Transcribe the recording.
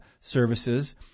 services